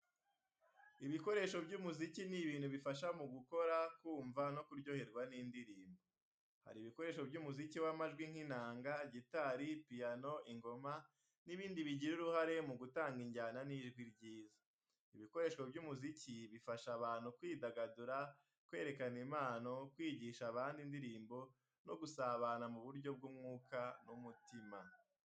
Ibikoresho by’umuziki ni ibintu bifasha mu gukora, kumva no kuryoherwa n’indirimbo. Hari ibikoresho by’umuziki w’amajwi nk’inanga, gitari, piano, ingoma, n’ibindi.., bigira uruhare mu gutanga ijyana n’ijwi ryiza. Ibikoresho by’umuziki bifasha abantu kwidagadura, kwerekana impano, kwigisha abandi indirimbo no gusabana mu buryo bw’umwuka n’umutima.